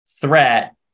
threat